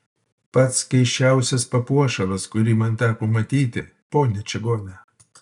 pats keisčiausias papuošalas kurį man teko matyti ponia čigone